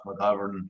McGovern